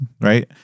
Right